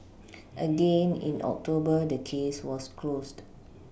again in October the case was closed